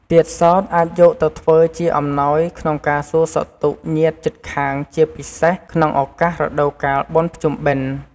ទៀតសោតអាចយកទៅធ្វើជាអំណោយក្នុងការសួរសុខទុក្ខញាតិជិតខាងជាពិសេសក្នុងឧកាសរដូវកាលបុណ្យភ្ជុំបុណ្ឌ។